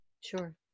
sure